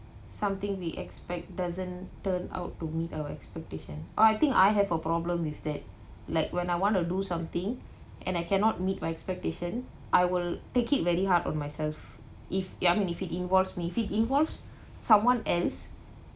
something we expect doesn't turn out to meet our expectation or I think I have a problem with that like when I want to do something and I cannot meet my expectation I will take it very hard on myself if ya I mean if it involves if it involves someone else